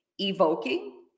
evoking